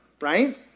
right